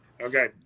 Okay